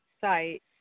site